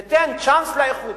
ניתן צ'אנס לאיחוד,